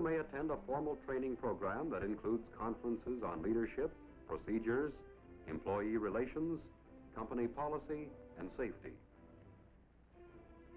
you may attend a formal training program that includes conferences on leadership procedures employee relations company policy and safety